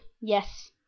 Yes